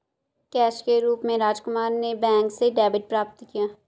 cash के रूप में राजकुमार ने बैंक से डेबिट प्राप्त किया